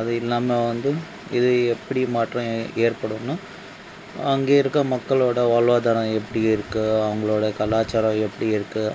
அது இல்லாமல் வந்து இது எப்படி மாற்றம் ஏற்படுன்னால் அங்கே இருக்க மக்களோட வாழ்வாதாரம் எப்படி இருக்குது அவங்களோட கலாச்சாரம் எப்படி இருக்குது